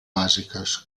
bàsiques